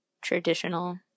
traditional